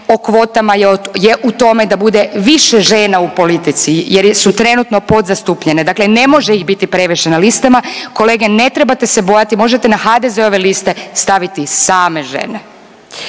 o kvotama je u tome da bude više žena u politici jer su trenutno podzastupljene. Dakle, ne može ih biti previše na listama, kolege ne trebate se bojati možete na HDZ-ove liste staviti same žene.